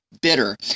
bitter